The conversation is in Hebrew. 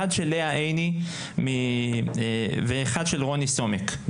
אחד של לאה עיני ואחד של רוני סומק,